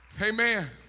Amen